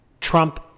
Trump